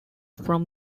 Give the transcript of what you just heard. from